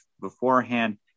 beforehand